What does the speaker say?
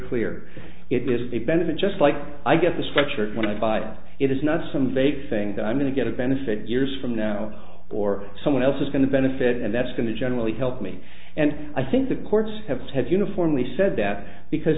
clear it is a benefit just like i get the structure when i buy it is not some vague thing that i'm going to get a benefit years from now or someone else is going to benefit and that's going to generally help me and i think the courts have had uniformly said that because